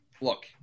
look